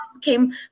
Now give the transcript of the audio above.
came